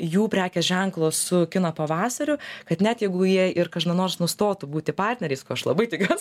jų prekės ženklo su kino pavasariu kad net jeigu jie ir kada nors nustotų būti partneriais ko aš labai tikiuos